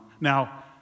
Now